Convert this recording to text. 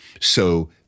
So-